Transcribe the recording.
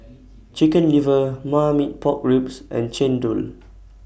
Chicken Liver Marmite Pork Ribs and Chendol